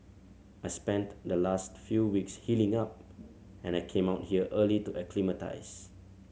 I spent the last few weeks healing up and I came out here early to acclimatise